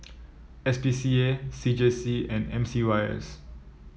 S P C A C J C and M C Y S